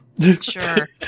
Sure